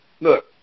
look